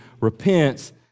repents